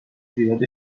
زیاد